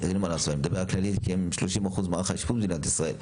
אני מדבר על "כללית" כי הם 30% ממערך האשפוז במדינת ישראל,